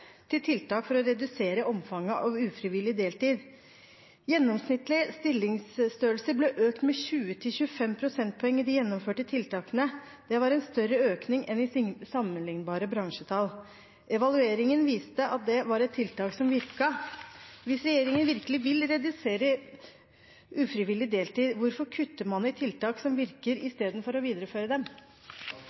til tiltak for å redusere omfanget av ufrivillig deltid. Gjennomsnittlig stillingsstørrelse ble økt med 20 til 25 prosentpoeng i de gjennomførte tiltakene. Det var en større økning enn i sammenlignbare bransjetall. Evalueringen viste at det var et tiltak som virket. Hvis regjeringen virkelig vil redusere ufrivillig deltid: Hvorfor kutter man i tiltak som virker, i stedet for å videreføre dem?